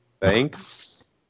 thanks